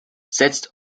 setzt